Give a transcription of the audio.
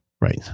Right